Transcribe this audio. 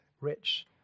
Rich